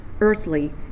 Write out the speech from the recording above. earthly